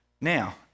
Now